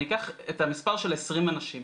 אני אקח את המספר של 20 אנשים.